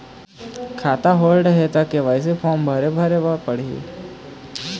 खाता होल्ड हे ता के.वाई.सी फार्म भरे भरे बर पड़ही?